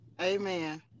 amen